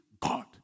God